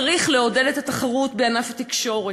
צריך לעודד את התחרות בענף התקשורת.